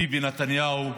ביבי נתניהו,